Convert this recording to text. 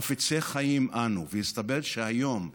חפצי חיים אנו, והסתבר שהיום,